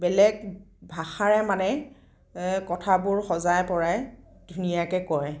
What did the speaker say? বেলেগ ভাষাৰে মানে কথাবোৰ সজাই পৰাই ধুনীয়াকৈ কয়